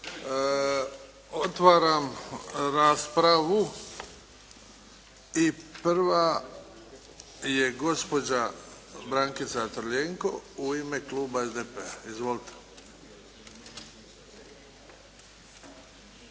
Otvaram raspravu. I prva je gospođa Brankica Crljenko, u ime kluba SDP-a. Izvolite.